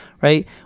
right